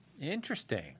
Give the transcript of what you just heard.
Interesting